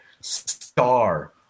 star